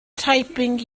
typing